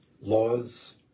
laws